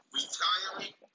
retiring